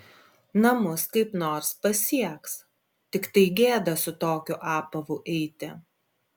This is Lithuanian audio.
namus kaip nors pasieks tiktai gėda su tokiu apavu eiti